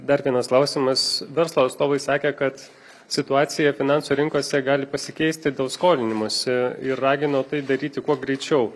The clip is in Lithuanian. dar vienas klausimas verslo atstovai sakė kad situacija finansų rinkose gali pasikeisti dėl skolinimosi ir ragino tai daryti kuo greičiau